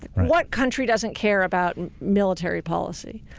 what country doesn't care about military policy?